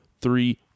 three